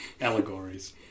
Allegories